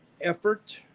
effort